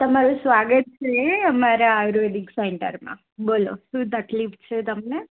તમારું સ્વાગત છે અમારા આયુર્વેદિક સેન્ટરમાં બોલો શું તકલીફ છે તમને